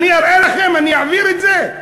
אני אראה לכם, אני אעביר את זה.